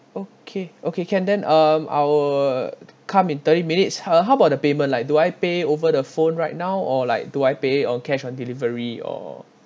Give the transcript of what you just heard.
okay okay can then um I will come in thirty minutes uh how about the payment like do I pay over the phone right now or like do I pay on cash on delivery or